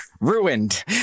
ruined